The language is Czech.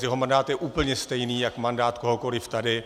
Jeho mandát je úplně stejný jak mandát kohokoliv tady.